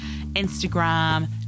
Instagram